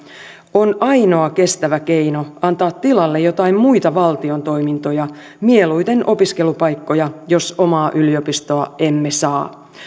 on ainoa kestävä keino antaa tilalle joitain muita valtion toimintoja mieluiten opiskelupaikkoja jos omaa yliopistoa emme saa